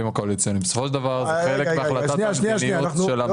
ההסכם הקואליציוני הזה אלה דברים שהוסכמו בעל פה,